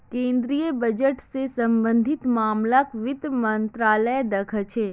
केन्द्रीय बजट स सम्बन्धित मामलाक वित्त मन्त्रालय द ख छेक